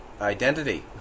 identity